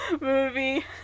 movie